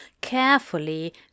carefully